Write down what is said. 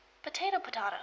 Potato-potato